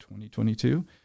2022